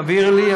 תעבירי לי,